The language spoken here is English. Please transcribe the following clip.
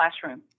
classroom